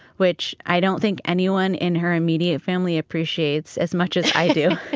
which i don't think anyone in her immediate family appreciates as much as i do.